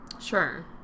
Sure